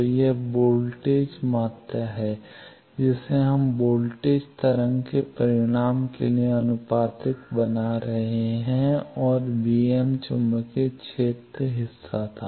तो यह एक वोल्टेज मात्रा है जिसे हम वोल्टेज तरंग के परिमाण के लिए आनुपातिक बना रहे हैं और चुंबकीय क्षेत्र हिस्सा था